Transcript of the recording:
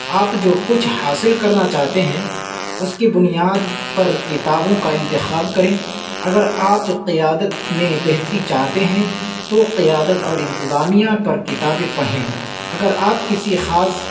آپ جو کچھ حاصل کرنا چاہتے ہیں اس کی بنیاد پر کتابوں کا انتخاب کریں اگر آپ قیادت میں بہتری چاہتے ہیں تو قیادت اور انتظامیہ پر کتابیں پڑھیں اگر آپ کسی خاص